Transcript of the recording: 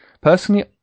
Personally